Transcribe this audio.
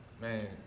man